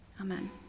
Amen